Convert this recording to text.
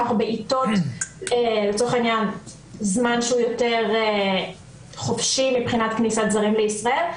שאנחנו בעתות זמן שהוא יותר חופשי מבחינת כניסת זרים לישראל,